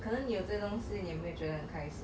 可能有这个东西你也没有觉得很开心啊